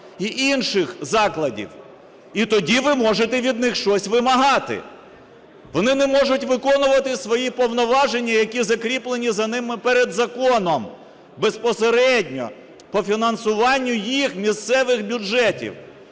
і інших закладів, і тоді ви можете від них щось вимагати. Вони не можуть виконувати свої повноваження, які закріплені за ними перед законом безпосередньо по фінансуванню їх місцевих бюджетів.